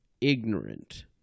ignorant